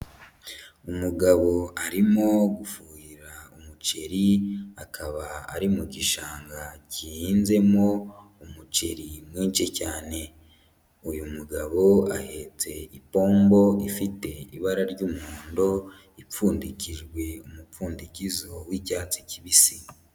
Umugabo arimo gufuhira umuceri akaba ari mu gishanga gihinzemo umuceri mwinshi cyane, uyu mugabo ahetse ipombo ifite ibara ry'umuhondo ipfundikijwe umupfundikizo w'icyatsi kibisi.